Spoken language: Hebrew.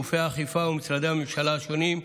גופי האכיפה ומשרדי הממשלה השונים,